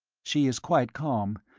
she is quite calm.